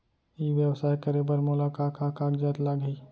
ई व्यवसाय करे बर मोला का का कागजात लागही?